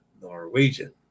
Norwegian